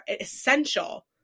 essential